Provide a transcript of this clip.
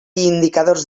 indicadors